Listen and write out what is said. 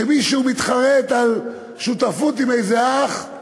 וכשמישהו מתחרט על שותפות עם איזה אח,